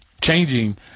Changing